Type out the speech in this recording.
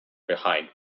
behind